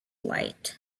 light